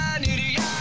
idiot